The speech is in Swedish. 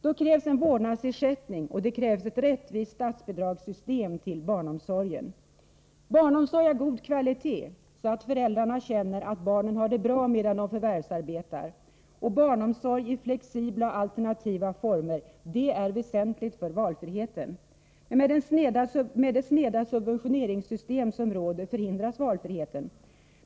Då krävs också en vårdnadsersättning och ett rättvist statsbidragssystem för barnomsorgen. Barnomsorg av god kvalitet — så att föräldrarna känner att barnen har det bra medan de förvärvsarbetar —- och barnomsorg i flexibla och alternativa former är väsentligt för valfriheten. Men med det sneda subventioneringssystem som råder förhindras valfriheten.